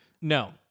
No